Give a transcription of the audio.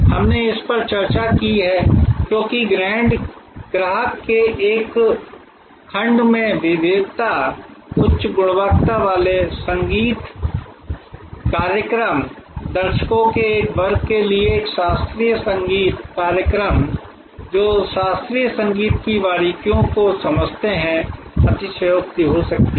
हमने इस पर चर्चा की है क्योंकि ग्राहक के एक खंड में विविधता उच्च गुणवत्ता वाले संगीत संगीत कार्यक्रम दर्शकों के एक वर्ग के लिए एक शास्त्रीय संगीत कार्यक्रम जो शास्त्रीय संगीत की बारीकियों को समझते हैं अतिशयोक्ति हो सकती है